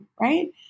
right